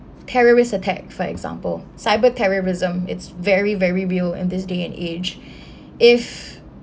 terrorist attack for example cyber terrorism it's very very real in this day and age if